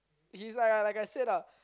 he's like a like I said lah